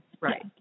Right